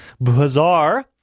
Bazaar